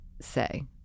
say